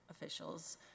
officials